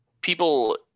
People